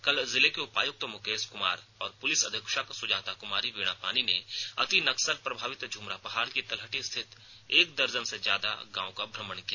कल जिले के उपायुक्त मुकेश कुमार और पुलिस अधीक्षक सुजाता कुमारी वीणापानी ने अति नक्सल प्रभावित झुमरा पहाड़ की तलहटी स्थित एक दर्जन से ज्यादा गांव का भ्रमण किया